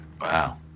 Wow